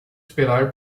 esperar